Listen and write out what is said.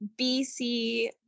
BC